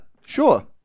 sure